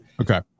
okay